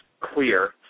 clear